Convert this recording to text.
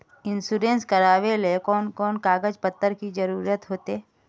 Insurance करावेल कोन कोन कागज पत्र की जरूरत होते?